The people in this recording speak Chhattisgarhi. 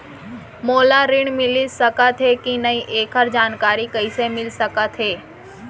मोला ऋण मिलिस सकत हे कि नई एखर जानकारी कइसे मिलिस सकत हे?